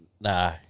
Nah